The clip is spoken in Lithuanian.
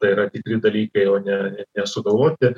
tai yra tikri dalykai o ne nesugalvoti